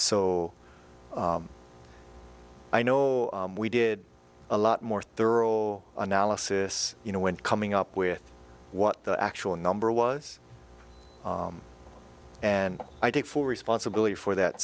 so i know we did a lot more thorough analysis you know when coming up with what the actual number was and i take full responsibility for that